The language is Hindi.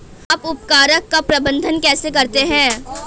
आप उर्वरक का प्रबंधन कैसे करते हैं?